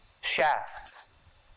shafts